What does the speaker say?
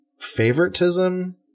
favoritism